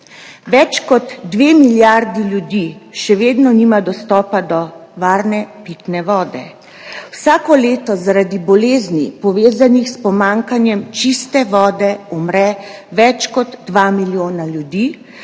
Več kot dve milijardi ljudi še vedno nima dostopa do varne pitne vode. Vsako leto zaradi bolezni, povezanih s pomanjkanjem čiste vode, umre več kot dva milijona ljudi,